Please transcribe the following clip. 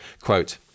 Quote